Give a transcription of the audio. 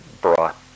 brought